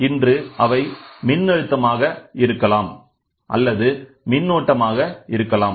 ஒன்று அவை மின்னழுத்தமாக இருக்கலாம் அல்லது மின்னோட்டமாக இருக்கலாம்